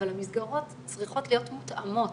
אבל המסגרות צריכות להיות מותאמות.